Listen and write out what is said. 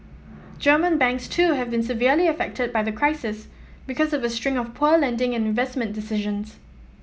German banks too have been severely affected by the crisis because of a string of poor lending and investment decisions